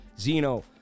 Zeno